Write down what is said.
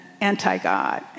anti-God